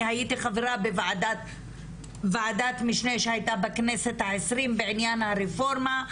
אני הייתי חברה בוועדת משנה שהייתה בכנסת ה-20 בעניין הרפורמה.